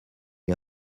est